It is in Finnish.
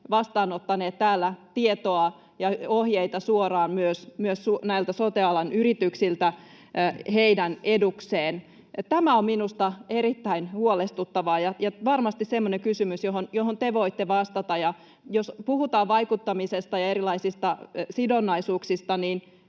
vastaanottaneet täällä tietoa ja ohjeita myös näiltä sote-alan yrityksiltä suoraan niiden eduksi. Tämä on minusta erittäin huolestuttavaa ja varmasti semmoinen kysymys, johon te voitte vastata. Jos puhutaan vaikuttamisesta ja erilaisista sidonnaisuuksista,